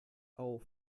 auf